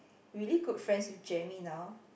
really good friends with Jamie now